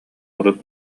урут